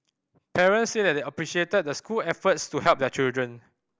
parents said that they appreciated the school's efforts to help their children